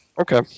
Okay